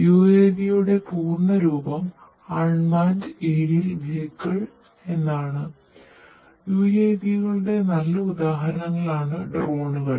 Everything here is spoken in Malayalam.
UAV യുടെ പൂർണ്ണരൂപം അൺമാൻഡ് ഏരിയൽ വെഹിക്കിൾ